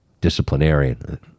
disciplinarian